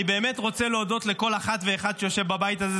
אני באמת רוצה להודות לכל אחת ואחד שיושב בבית הזה.